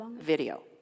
video